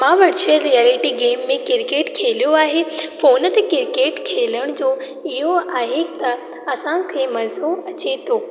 मां virtual reality game में cricket खेलियो आहे फोन ते किरकेट खेलण जो इहो आहे त असांखे मज़ो अचे थो